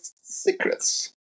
secrets